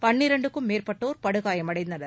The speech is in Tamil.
பன்னிரண்டுக்கும் மேற்பட்டோர் படுகாயமடைந்தனர்